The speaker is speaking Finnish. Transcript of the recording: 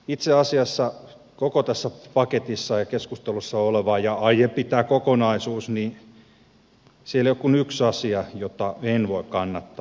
itse asiassa koko tässä paketissa ja keskustelussa olevassa ja tässä aiemmassa kokonaisuudessa ei ole kuin yksi asia jota en voi kannattaa